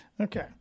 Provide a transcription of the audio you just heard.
Okay